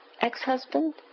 ex-husband